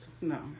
No